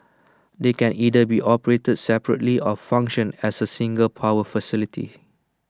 they can either be operated separately or function as A single power facility